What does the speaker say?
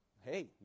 hey